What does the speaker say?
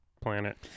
planet